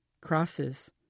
Crosses